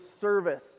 service